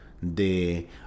de